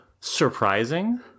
surprising